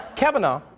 Kavanaugh